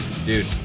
Dude